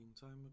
time